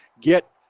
get